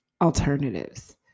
alternatives